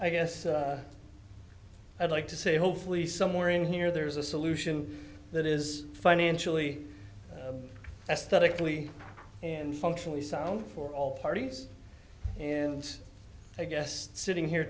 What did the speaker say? i guess i'd like to say hopefully somewhere in here there is a solution that is financially aesthetically and functionally sound for all parties and i guess sitting here